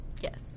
Yes